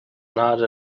not